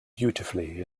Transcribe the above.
beautifully